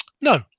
No